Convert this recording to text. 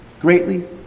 greatly